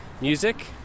music